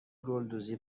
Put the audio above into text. گلدوزی